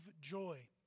joy